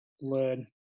learn